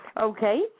Okay